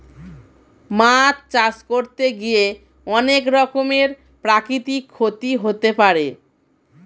মাছ চাষ করতে গিয়ে অনেক রকমের প্রাকৃতিক ক্ষতি হতে পারে